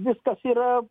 viskas yra